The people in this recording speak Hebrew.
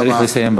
צריך לסיים.